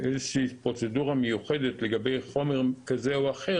איך זה מתנהל,